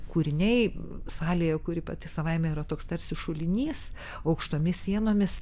kūriniai salėje kuri pati savaime yra toks tarsi šulinys aukštomis sienomis